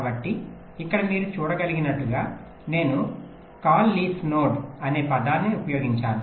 కాబట్టి ఇక్కడ మీరు చూడగలిగినట్లుగా నేను కాల్ లీఫ్ నోడ్ అనే పదాన్ని ఉపయోగించాను